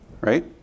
right